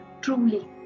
truly